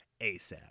ASAP